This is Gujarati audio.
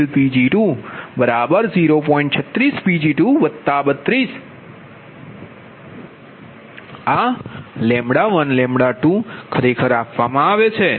36Pg232 આ 12 ખરેખર આપવામાં આવે છે